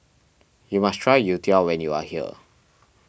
you must try Youtiao when you are here